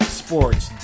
sports